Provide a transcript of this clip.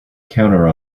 counter